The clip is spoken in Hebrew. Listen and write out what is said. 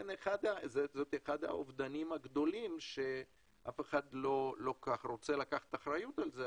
זה אחד האובדנים הגדולים שאף אחד לא כל כך רוצה לקחת אחריות על זה,